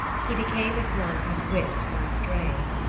he became as one whose wits are astray.